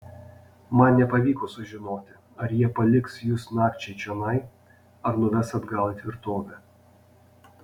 man nepavyko sužinoti ar jie paliks jus nakčiai čionai ar nuves atgal į tvirtovę